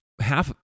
half